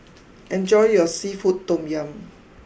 enjoy your Seafood Tom Yum